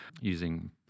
using